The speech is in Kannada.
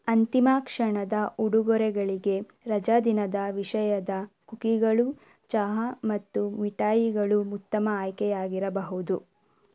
ಅಂತಿಮ ಕ್ಷಣದ ಉಡುಗೊರೆಗಳಿಗೆ ರಜಾದಿನದ ವಿಷಯದ ಕುಕೀಗಳು ಚಹಾ ಮತ್ತು ಮಿಠಾಯಿಗಳು ಉತ್ತಮ ಆಯ್ಕೆಯಾಗಿರಬಹುದು